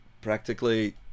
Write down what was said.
practically